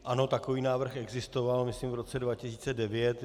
Ano, takový návrh existoval, myslím v roce 2009.